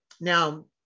Now